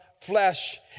flesh